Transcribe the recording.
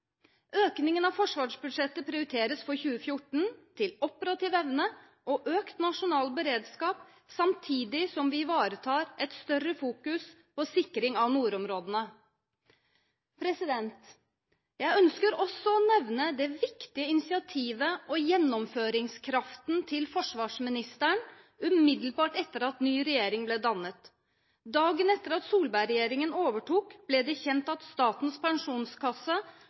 Økningen av Forsvarsbudsjettet prioriteres for 2014 til operativ evne og økt nasjonal beredskap, samtidig som vi ivaretar et større fokus på sikring av nordområdene. Jeg ønsker også å nevne det viktige initiativet og gjennomføringskraften til forsvarsministeren umiddelbart etter at ny regjering ble dannet. Dagen etter at Solberg-regjeringen overtok, ble det kjent at Statens pensjonskasse